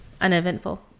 Uneventful